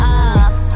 off